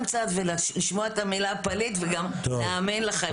קצת ולשמוע את המילה פליט וגם להאמין לכם.